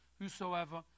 whosoever